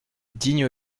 digne